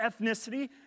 ethnicity